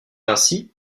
ainsi